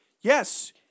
Yes